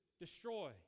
destroy